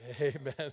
Amen